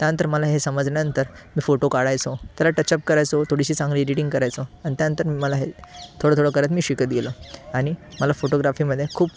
त्यानंतर मला हे समजल्यानंतर मी फोटो काढायचो त्याला टचअप करायचो थोडीशी चांगली एडिटिंग करायचो आणि त्यानंतर मला हे थोडंथोडं करत मी शिकत गेलो आणि मला फोटोग्राफीमध्ये खूप